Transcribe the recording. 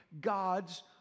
God's